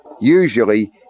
usually